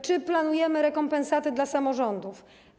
Czy planujemy rekompensaty dla samorządów?